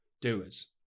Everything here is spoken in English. doers